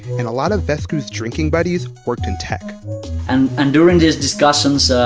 and a lot of vesku's drinking buddies worked in tech and and during these discussions, ah